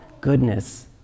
goodness